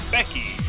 Becky